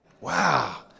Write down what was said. wow